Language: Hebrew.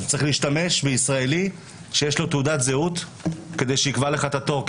צריך להשתמש בישראלי שיש לו תעודת זהות כדי שיקבע לך את התור,